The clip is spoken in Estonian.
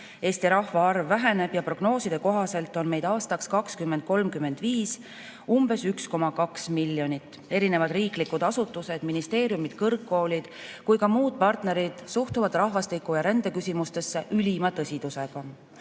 Eesti rahvaarv väheneb ja prognooside kohaselt on meid aastaks 2035 umbes 1,2 miljonit. Erinevad riiklikud asutused, ministeeriumid, kõrgkoolid ja ka muud partnerid suhtuvad rahvastiku- ja rändeküsimustesse ülima tõsidusega.